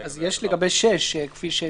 יש לגבי (6).